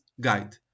guide